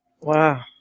Wow